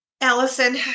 Allison